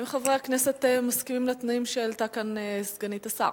האם חברי הכנסת מסכימים לתנאים שהעלתה כאן סגנית השר?